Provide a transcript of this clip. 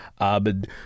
Abd